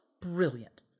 brilliant